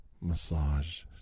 massage